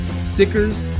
stickers